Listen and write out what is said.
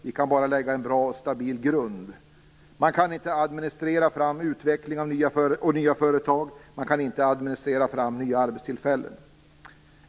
Vi kan bara lägga en bra och stabil grund. Man kan inte administrera fram utveckling och nya företag. Man kan inte administrera fram nya arbetstillfällen.